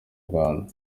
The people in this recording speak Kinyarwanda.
rwanda